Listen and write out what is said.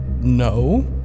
No